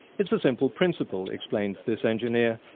it's a simple principle, explains this engineer.